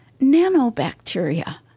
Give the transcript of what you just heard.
nanobacteria